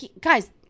Guys